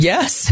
Yes